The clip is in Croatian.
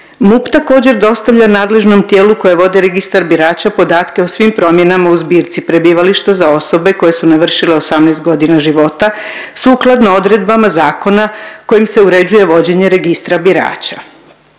MUP također dostavlja nadležnom tijelu koji vodi registar birača podatke o svim promjenama u zbirci prebivalište za osobe koje su navršile 18 godina života sukladno odredbama zakona kojim se uređuje vođenje registra birača.